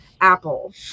apple